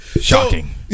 Shocking